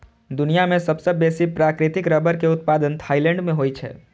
दुनिया मे सबसं बेसी प्राकृतिक रबड़ के उत्पादन थाईलैंड मे होइ छै